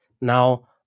Now